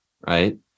right